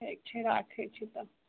ठीक छै राखै छी तऽ